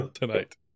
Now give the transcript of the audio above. tonight